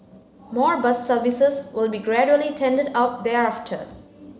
more bus services will be gradually tendered out thereafter